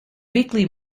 weekly